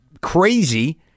crazy